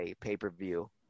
pay-per-view